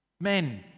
Men